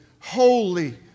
holy